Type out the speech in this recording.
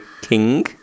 king